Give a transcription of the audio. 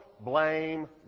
Blame